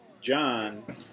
John